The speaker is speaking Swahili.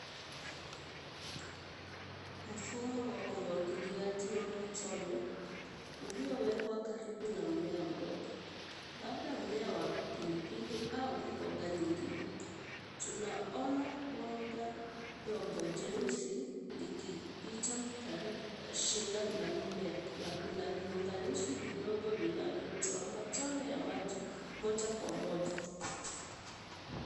Mfumo wa umwagiliaji wa matone uliowekwa karibu na mmea mdogo labda mmea wa pilipili au mboga nyingine. Tunaona bomba ndogo jeusi likipita karibu na shina la mmea. Kuna viunganishi vidogo vinavyotoa matone ya maji moja kwa moja.